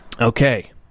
Okay